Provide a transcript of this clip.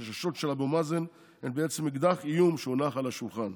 ה"חששות" של אבו מאזן הם בעצם אקדח איום שהונח על השולחן,